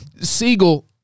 Siegel